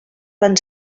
van